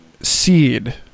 seed